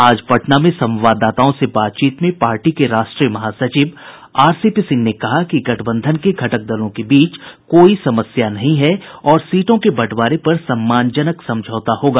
आज पटना में संवाददाताओं से बातचीत में पार्टी के राष्ट्रीय महासचिव आरसीपी सिंह ने कहा कि गठबंधन के घटक दलों के बीच कोई समस्या नहीं है और सीटों के बंटवारे पर सम्मानजनक समझौता होगा